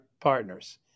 partners